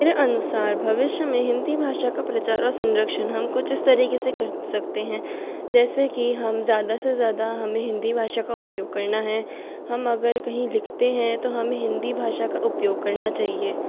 मेरे अनुसार भविष्य मे हिन्दी भाषा का प्रचार और संरक्षण हम कुछ इस तरीके से कर सकते हैं जैसे कि हम ज़्यादा से ज़्यादा हमें हिन्दी भाषा का उपयोग करना है हम अगर कहीं लिखते हैं तो हमें हिन्दी भाषा का उपयोग करना चाहिए